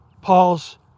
Paul's